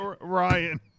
Ryan